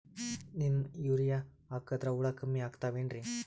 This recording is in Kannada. ನೀಮ್ ಯೂರಿಯ ಹಾಕದ್ರ ಹುಳ ಕಮ್ಮಿ ಆಗತಾವೇನರಿ?